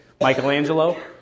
Michelangelo